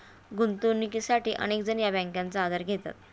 गुंतवणुकीसाठी अनेक जण या बँकांचा आधार घेतात